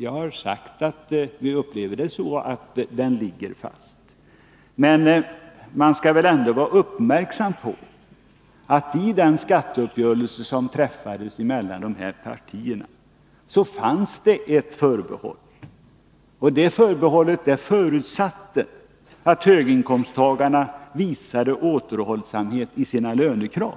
Jag har sagt att vi upplever det så att den ligger fast. Men man skall väl också vara uppmärksam på att det i den skatteuppgörelse som träffades mellan partierna i fråga fanns ett förbehåll, där det förutsattes att höginkomstagarna skulle visa återhållsamhet i sina lönekrav,